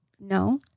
No